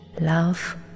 love